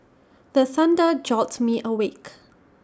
the thunder jolt me awake